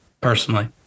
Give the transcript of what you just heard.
personally